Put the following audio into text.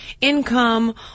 income